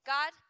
God